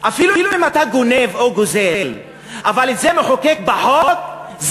אפילו אם אתה גונב או גוזל אבל את זה מחוקק בחוק,